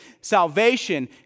salvation